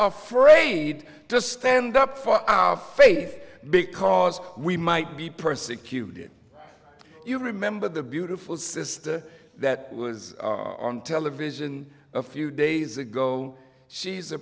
afraid to stand up for our faith because we might be persecuted you remember the beautiful sister that was on television a few days ago she's a